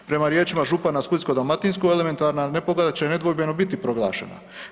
Prema riječima župana Splitsko-dalmatinskog elementarna nepogoda će nedvojbeno biti proglašena.